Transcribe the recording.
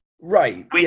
Right